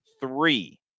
three